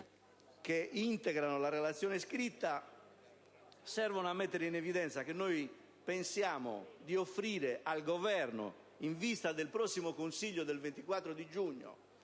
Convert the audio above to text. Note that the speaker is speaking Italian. che integrano la relazione scritta, servono a mettere in evidenza che noi pensiamo di offrire al Governo, in vista del prossimo Consiglio del 24 giugno,